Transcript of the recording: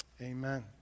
Amen